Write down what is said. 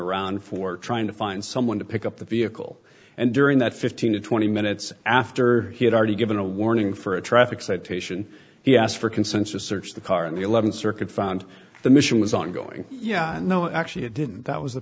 around for trying to find someone to pick up the vehicle and during that fifteen to twenty minutes after he had already given a warning for a traffic citation he asked for consensus searched the car on the th circuit found the mission was ongoing yeah no actually it didn't that was the